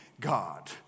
God